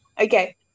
Okay